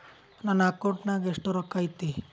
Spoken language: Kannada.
ನನ್ನ ಅಕೌಂಟ್ ನಾಗ ಎಷ್ಟು ರೊಕ್ಕ ಐತಿ?